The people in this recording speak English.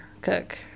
cook